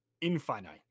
infinite